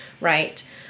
right